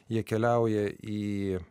jie keliauja į